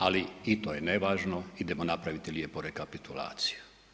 Ali i to je nevažno, idemo napraviti lijepo rekapitulaciju.